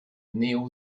néo